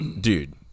Dude